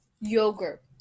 Yogurt